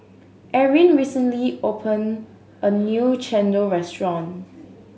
Erin recently opened a new chendol restaurant